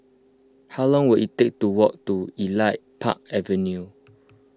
how long will it take to walk to Elite Park Avenue